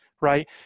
right